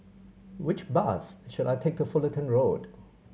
which bus should I take to Fullerton Road